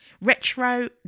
Retro